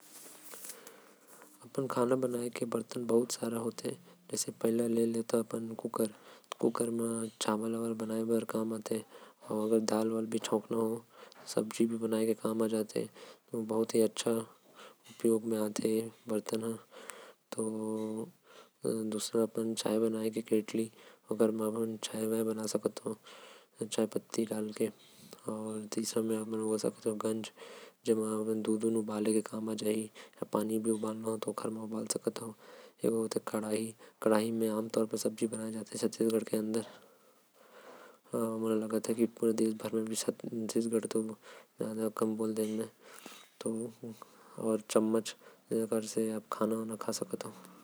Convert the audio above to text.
खाये के बर्तन बहुत सारा होथे। जैसे होथे केतली जेकर म हमन चाय बनाथी। गंज जेकर म हमन दूध गरम करथि। कढ़ाई जेकर म हमन सब्जी बनाथी। चमच खाये के काम आथे।